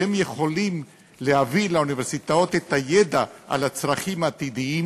שיכולים להביא לאוניברסיטאות את הידע על הצרכים העתידיים,